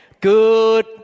good